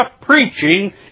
preaching